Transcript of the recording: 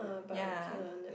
ya